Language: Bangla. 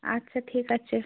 আচ্ছা ঠিক আছে